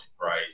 right